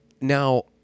Now